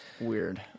Weird